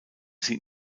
sie